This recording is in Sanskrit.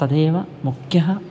तदेव मुख्यः